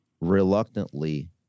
reluctantly